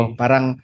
parang